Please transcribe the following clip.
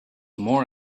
more